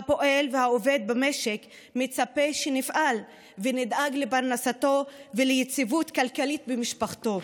הפועל והעובד במשק מצפה שנפעל ונדאג לפרנסתו וליציבות כלכלית במשפחתו.